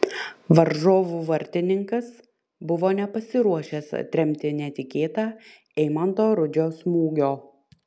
varžovų vartininkas buvo nepasiruošęs atremti netikėtą eimanto rudžio smūgio